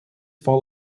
fall